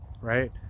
Right